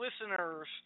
listeners